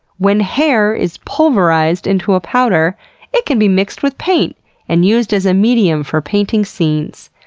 when hair is pulverized into a powder it can be mixed with paint and used as a medium for painting scenes.